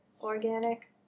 organic